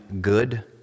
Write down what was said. good